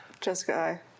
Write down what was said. Jessica